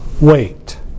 wait